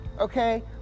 Okay